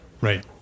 right